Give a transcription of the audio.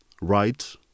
right